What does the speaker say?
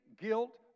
guilt